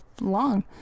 long